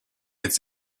its